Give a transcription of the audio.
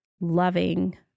loving